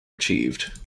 achieved